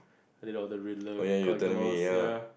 I did all the collectibles ya